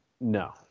No